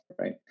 right